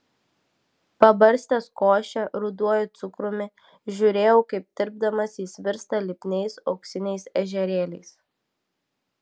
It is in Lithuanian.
pabarstęs košę ruduoju cukrumi žiūrėjau kaip tirpdamas jis virsta lipniais auksiniais ežerėliais